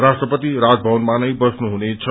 राष्ट्रपति राजभवनमा वस्नु हुनेछ